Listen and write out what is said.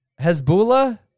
Hezbollah